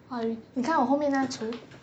!wah! 你看我后面那橱